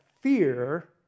fear